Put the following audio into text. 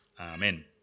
Amen